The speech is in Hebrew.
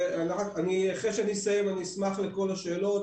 אחרי שאסיים אני אשמח לכל השאלות.